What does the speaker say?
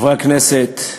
חברי הכנסת,